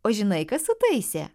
o žinai kas sutaisė